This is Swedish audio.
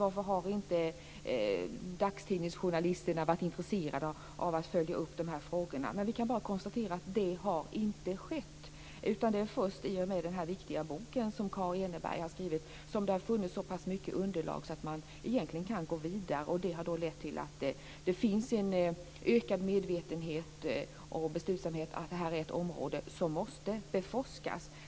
Varför har inte dagstidningsjournalisterna varit intresserade av att följa upp de här frågorna? Vi kan bara konstatera att det inte har skett. Det är först genom den här viktiga boken som Kaa Eneberg har skrivit som det har kommit fram så mycket underlag att man kan gå vidare. Det har lett till att det finns en ökad medvetenhet och beslutsamhet om att detta är ett område som måste beforskas.